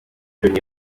loni